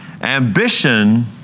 Ambition